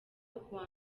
kuwa